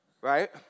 right